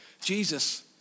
Jesus